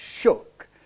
shook